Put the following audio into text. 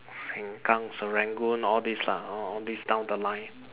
Seng-Kang Serangoon all this lah all this down the line